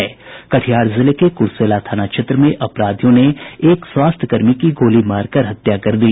कटिहार जिले के कुर्सेला थाना क्षेत्र में अपराधियों ने एक स्वास्थ्यकर्मी की गोली मारकर हत्या कर दी